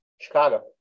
Chicago